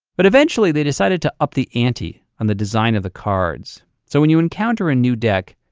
but eventually, they decided to up the ante on the design of the cards. so when you encounter a new deck,